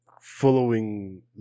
following